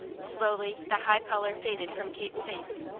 slowly the high colour faded from kate's face,